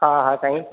हा हा साईं